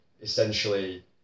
essentially